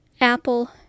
Apple